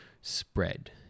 spread